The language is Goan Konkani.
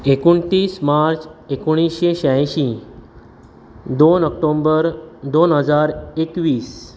एकोणतीस मार्च एकोणिशें श्यायशीं दोन ओक्टोबर दोन हजार एकवीस